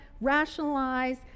rationalize